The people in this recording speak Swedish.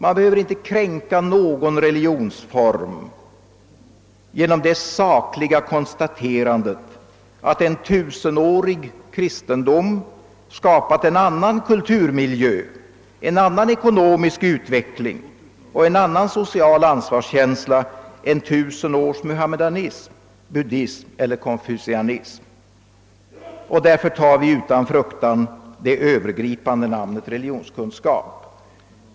Man behöver inte kränka någon religionsform genom det sakliga konstaterandet att en tusenårig kristedom skapat en annan kulturmiljö, en annan ekonomisk utveckling och en annan social ansvarskänsla än tusen års muhammedanism, buddism eller konfutsianism. Därför tar vi utan fruktan det övergripande namnet religionskunskap.